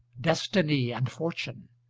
destiny and fortune,